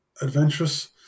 adventurous